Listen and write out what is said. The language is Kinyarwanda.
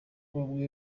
bamwe